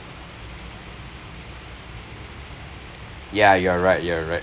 ya you are right you are right